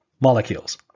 molecules